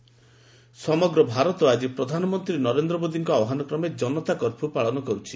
ଜନତା curfew ସମଗ୍ର ଭାରତ ଆଜି ପ୍ରଧାନମନ୍ତ୍ରୀ ନରେନ୍ଦ୍ର ମୋଦିଙ୍କ ଆହ୍ୱାନକ୍ରମେ ଜନତା କର୍ଫ୍ୟୁ ପାଳନ କରୁଛି